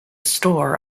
store